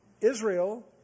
Israel